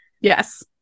yes